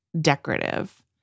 decorative